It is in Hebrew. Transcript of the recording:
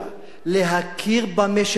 להכיר במה שנעשה ולומר,